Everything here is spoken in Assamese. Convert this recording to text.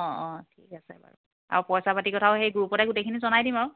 অঁ অঁ ঠিক আছে বাৰু আৰু পইচা পাতিৰ কথাও সেই গ্ৰুপতে গোটেইখিনি জনাই দিম আৰু